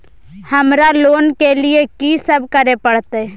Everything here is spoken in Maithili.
हमरा लोन के लिए की सब करे परतै?